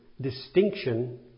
distinction